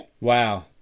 Wow